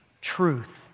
truth